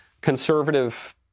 conservative